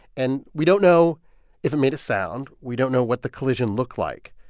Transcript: and we don't know if it made a sound. we don't know what the collision looked like.